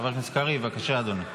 חבר הכנסת קריב, בבקשה, אדוני.